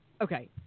Okay